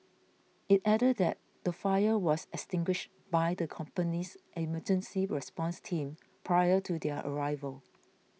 it added that the fire was extinguished by the company's emergency response team prior to their arrival